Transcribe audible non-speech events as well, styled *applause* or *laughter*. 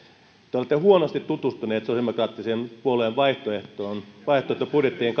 te olette huonosti tutustunut sosiaalidemokraattisen puolueen vaihtoehtobudjettiin *unintelligible*